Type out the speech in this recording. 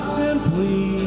simply